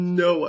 no